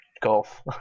golf